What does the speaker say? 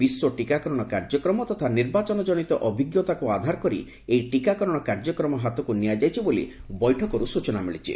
ବିଶ୍ୱ ଟିକାକରଣ କାର୍ଯ୍ୟକ୍ମ ତଥା ନିର୍ବାଚନ କନିତ ଅଭିଜ୍ଞତାକୁ ଆଧାର କରି ଏହି ଟିକାକରଣ କାର୍ଯ୍ୟକ୍ରମ ହାତକୁ ନିଆଯାଇଛି େ ବାଲି ବୈଠକରେ ସ୍ବଚନା ମିଳିଛି